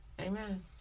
Amen